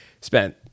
Spent